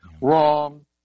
Wrong